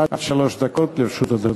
עד שלוש דקות לרשות אדוני.